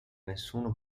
nessuno